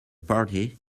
party